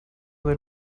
del